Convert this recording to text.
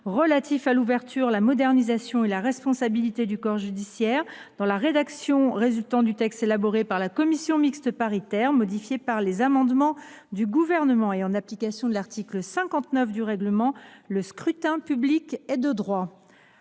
relatif à l’ouverture, la modernisation et la responsabilité du corps judiciaire, dans la rédaction résultant du texte élaboré par la commission mixte paritaire, modifié par les amendements du Gouvernement. En application de l’article 59 du règlement, le scrutin public est de droit.